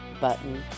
button